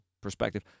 perspective